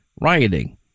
rioting